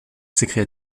s’écria